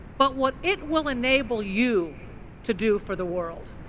but what it will enable you to do for the world.